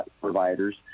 providers